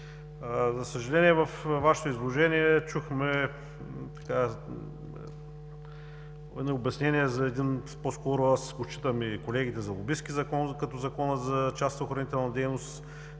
За съжаление във Вашето изложение чухме едни обяснения за един, по-скоро аз и колегите го считаме за лобистки закон, като Закона за частната охранителна дейност.